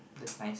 that's nice